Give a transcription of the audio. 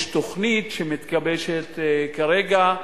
יש תוכנית שמתגבשת כרגע,